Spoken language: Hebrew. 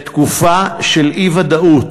בתקופה של אי-ודאות,